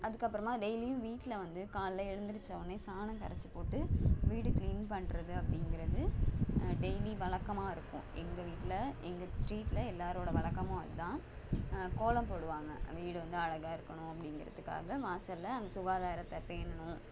அதுக்கப்புறமாக டெய்லியும் வீட்டில் வந்து காலையில் எழுந்திரிச்ச ஒடனே சாணம் கரைச்சிப் போட்டு வீடு க்ளீன் பண்ணுறது அப்படிங்கிறது டெய்லி வழக்கமா இருக்கும் எங்கள் வீட்டில் எங்கள் ஸ்ட்ரீட்டில் எல்லாேரோட வழக்கமும் அது தான் கோலம் போடுவாங்க வீடு வந்து அழகா இருக்கணும் அப்படிங்கிறதுக்காக வாசலில் அங்கே சுகாதாரத்தை பேணணும்